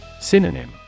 Synonym